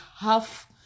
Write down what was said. half